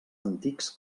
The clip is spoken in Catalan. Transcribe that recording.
antics